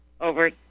over